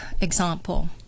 example